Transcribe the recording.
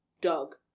dog